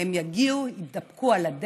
הם יגיעו, יידפקו על הדלת